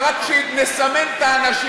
אבל רק שנסמן את האנשים,